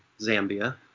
Zambia